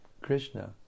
Krishna